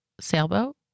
sailboat